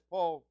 Paul